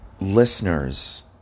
listeners